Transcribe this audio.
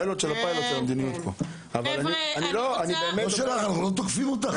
אנחנו לא תוקפים אותך.